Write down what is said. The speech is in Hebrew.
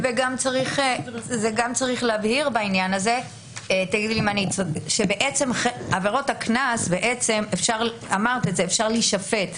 בעניין הזה גם צריך להבהיר שעל עבירות הקנס אפשר להישפט.